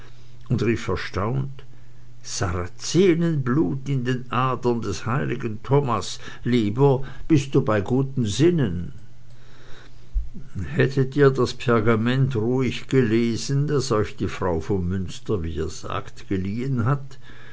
und rief erstaunt sarazenenblut in den adern des heiligen thomas lieber bist du bei guten sinnen hättet ihr das pergament geduldig gelesen das euch die frau vom münster wie ihr sagt geliehen hat